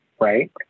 right